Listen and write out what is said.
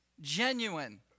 genuine